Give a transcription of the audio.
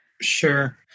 Sure